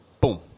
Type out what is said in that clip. Boom